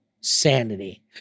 sanity